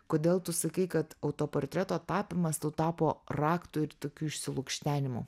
kodėl tu sakai kad autoportreto tapymas tapo raktu ir tokių išsilukštenimu